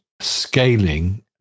scaling